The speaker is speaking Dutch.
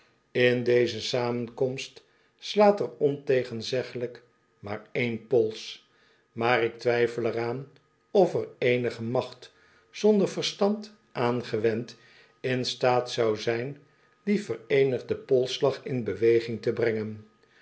in deze samenkomst slaat er ontegenzeglijk maar één pols maar ik twijfel er aan of er eenige macht zonder verstand aangewend in staat zou zijn dien vereen igden polsslag in beweging te brengen